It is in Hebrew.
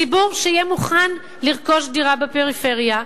ציבור שיהיה מוכן לרכוש דירה בפריפריה.